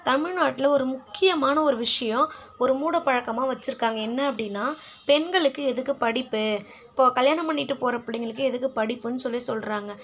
தமிழ்நாட்டில் ஒரு முக்கியமான ஒரு விஷயம் ஒரு மூடப்பழக்கமாக வச்சுருக்காங்க என்ன அப்படின்னா பெண்களுக்கு எதுக்கு படிப்பு இப்போது கல்யாணம் பண்ணிகிட்டு போகிற பிள்ளைங்களுக்கு எதுக்கு படிப்புன்னு சொல்லி சொல்கிறாங்க